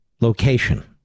location